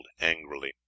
angrily